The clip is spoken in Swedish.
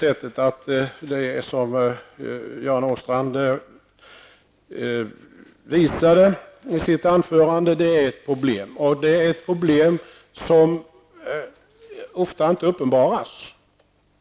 Som Göran Åstrand visade i sitt anförande är detta ett problem, och ett problem som ofta inte uppenbaras.